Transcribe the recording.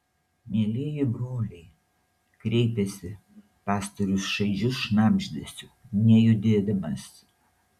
mielieji broliai kreipėsi pastorius šaižiu šnabždesiu nejudėdamas